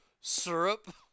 syrup